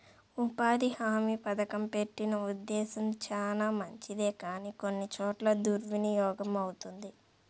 ఉపాధి హామీ పథకం పెట్టిన ఉద్దేశం చానా మంచిదే కానీ కొన్ని చోట్ల దుర్వినియోగమవుతుంది